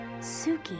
Suki